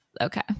okay